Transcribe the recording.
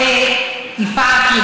יפעת,